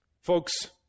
Folks